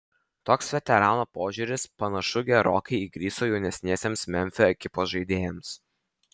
toks veterano požiūris panašu gerokai įgriso jauniesiems memfio ekipos žaidėjams